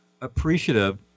appreciative